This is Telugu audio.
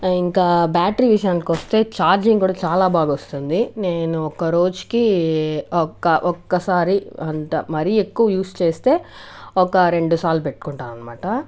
ఇంకా బ్యాటరీ విషయానికి వస్తే ఛార్జింగ్ కూడా చాలా బాగా వస్తుంది నేను ఒక రోజుకి ఒక్క ఒక్క సారి అంత మరీ ఎక్కువ యూస్ చేస్తే ఒక రెండు సార్లు పెట్టుకుంటాను అన్నమాట